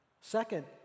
Second